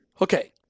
Okay